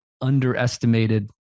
underestimated